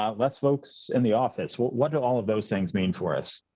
um less folks in the office? what do all of those things mean for us?